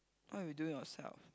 why we doing our self